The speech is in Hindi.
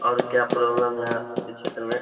और क्या प्रोब्लम है आपके क्षेत्र में